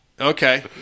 Okay